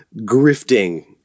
grifting